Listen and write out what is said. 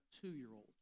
two-year-old